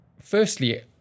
firstly